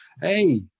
hey